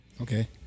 Okay